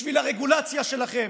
בשביל הרגולציה שלכם,